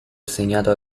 assegnato